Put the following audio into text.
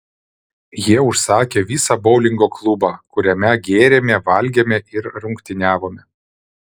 jie užsakė visą boulingo klubą kuriame gėrėme valgėme ir rungtyniavome